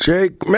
Jake